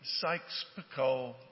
Sykes-Picot